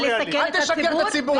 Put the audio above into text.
אל תשקר את הציבור.